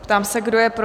Ptám se, kdo je pro?